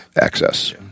Access